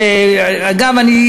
שגם אני,